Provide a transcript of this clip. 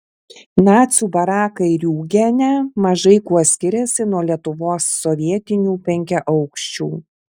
nacių barakai riūgene mažai kuo skiriasi nuo lietuvos sovietinių penkiaaukščių